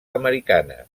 americanes